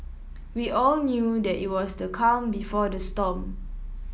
we all knew that it was the calm before the storm